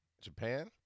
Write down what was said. Japan